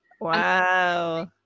Wow